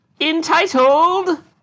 entitled